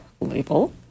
label